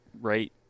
right